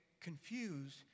confused